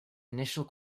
initial